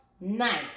nice